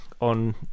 on